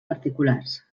particulars